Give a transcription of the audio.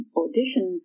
audition